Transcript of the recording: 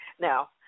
Now